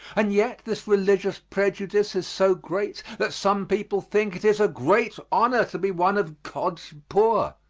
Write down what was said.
and yet this religious prejudice is so great that some people think it is a great honor to be one of god's poor.